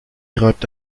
reibt